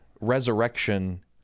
resurrection